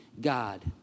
God